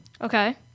Okay